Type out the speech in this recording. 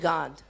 God